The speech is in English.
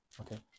Okay